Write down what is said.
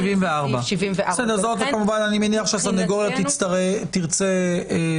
לפי 74. אני מניח שהסניגוריה תרצה לדבר.